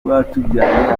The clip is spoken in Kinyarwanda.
rwatubyaye